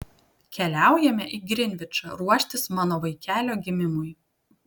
keliaujame į grinvičą ruoštis mano vaikelio gimimui